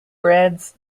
breads